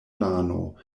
lano